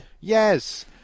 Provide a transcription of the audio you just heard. Yes